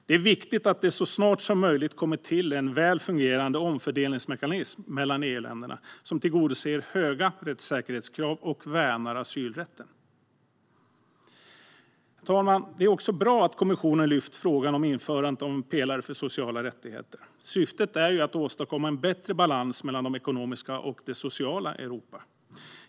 Det är viktigt att det så snart som möjligt kommer en väl fungerande omfördelningsmekanism bland EU-länderna som tillgodoser höga rättssäkerhetskrav och värnar asylrätten. Herr talman! Det är också bra att kommissionen har lyft fram frågan om införandet av en pelare för sociala rättigheter. Syftet är ju att åstadkomma en bättre balans mellan det ekonomiska och det sociala Europa.